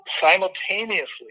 simultaneously